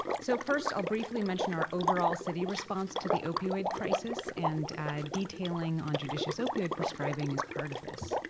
so first, i'll briefly mention our overall city response to the opioid crisis and detailing on judicious opioid prescribing is part of this.